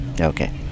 Okay